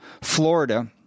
Florida